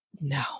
no